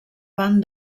van